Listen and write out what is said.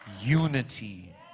unity